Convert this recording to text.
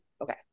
Okay